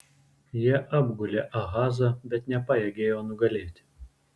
jie apgulė ahazą bet nepajėgė jo nugalėti